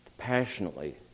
Passionately